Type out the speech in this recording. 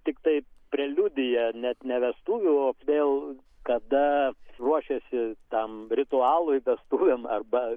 tiktai preliudija net ne vestuvių vėl kada ruošiasi tam ritualui vestuvėm arba